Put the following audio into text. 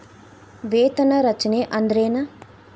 ವೇತನ ರಚನೆ ಅಂದ್ರೆನ?